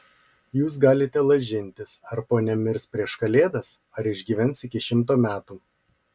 jūs galite lažintis ar ponia mirs prieš kalėdas ar išgyvens iki šimto metų